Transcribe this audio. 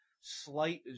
slight